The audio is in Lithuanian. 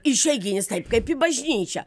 išeiginis taip kaip į bažnyčią